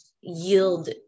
yield